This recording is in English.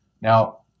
Now